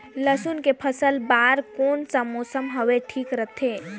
लसुन के फसल बार कोन सा मौसम हवे ठीक रथे?